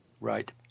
right